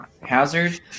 hazard